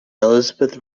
elizabeth